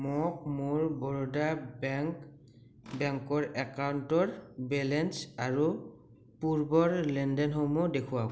মোক মোৰ বৰোদা বেংক বেংকৰ একাউণ্টৰ বেলেঞ্চ আৰু পূৰ্বৰ লেনদেনসমূহ দেখুৱাওক